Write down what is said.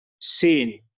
sin